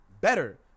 better